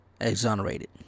exonerated